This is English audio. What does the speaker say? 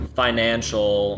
financial